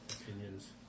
opinions